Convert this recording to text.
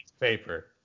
paper